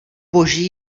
boží